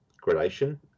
gradation